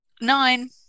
nine